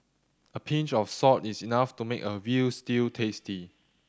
a pinch of salt is enough to make a veal stew tasty